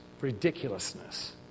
ridiculousness